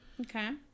okay